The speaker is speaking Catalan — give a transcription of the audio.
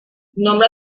nombre